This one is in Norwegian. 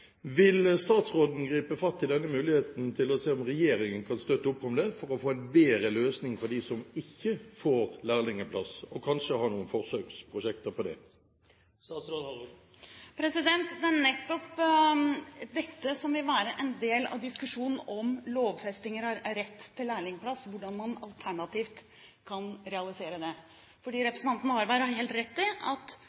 Vil statsråden gripe fatt i denne muligheten til å se om regjeringen kan støtte opp om det for å få til en bedre løsning for dem som ikke får lærlingplass, og kanskje ha noen forsøksprosjekter på det? Det er nettopp dette som vil være en del av diskusjonen om lovfesting av rett til lærlingplass – hvordan man alternativt kan realisere det.